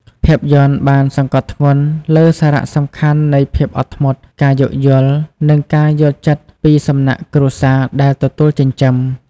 ភាពយន្តបានសង្កត់ធ្ងន់លើសារៈសំខាន់នៃភាពអត់ធ្មត់ ការយោគយល់ និងការយល់ចិត្តពីសំណាក់គ្រួសារដែលទទួលចិញ្ចឹម។